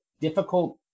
difficult